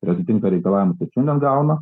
ir atitinka reikalavimus ir šiandien gauna